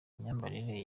myambarire